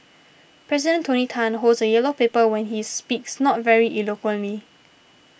President Tony Tan holds a yellow paper when he speaks not very eloquently